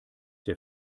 der